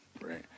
right